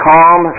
calm